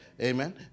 Amen